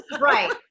Right